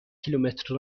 کیلومتر